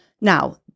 now